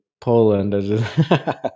Poland